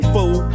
Fool